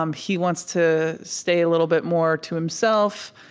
um he wants to stay a little bit more to himself.